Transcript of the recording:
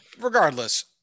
regardless